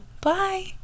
bye